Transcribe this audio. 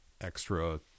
extra